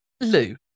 Lou